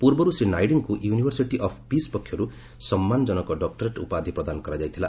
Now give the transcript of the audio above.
ପୂର୍ବରୁ ଶ୍ରୀ ନାଇଡୁଙ୍କୁ university of peace ପକ୍ଷରୁ ସମ୍ମାନଜନକ ଡକ୍ଟରେଟ୍ ଉପାଧି ପ୍ରଦାନ କରାଯାଇଥିଲା